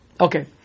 Okay